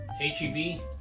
H-E-B